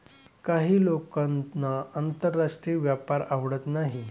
काही लोकांना आंतरराष्ट्रीय व्यापार आवडत नाही